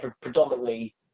predominantly